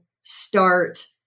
start